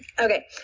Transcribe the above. Okay